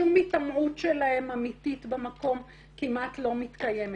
שום הטמעות אמיתית שלהם במקום כמעט לא מתקיימת.